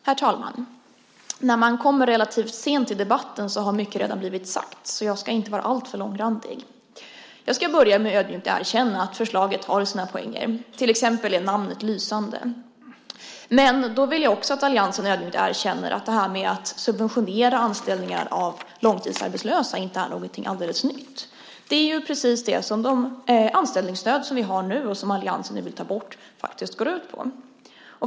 Herr talman! När man kommer relativt sent i debatten har mycket redan blivit sagt, så jag ska inte bli alltför långrandig. Jag ska börja med att ödmjukt erkänna att förslaget har sina poänger. Till exempel är namnet lysande. Men då vill jag också att alliansen ödmjukt erkänner att detta med att subventionera anställningar av långtidsarbetslösa inte är någonting alldeles nytt. Det är ju precis det de anställningsstöd som vi har nu och som alliansen nu vill ta bort faktiskt går ut på.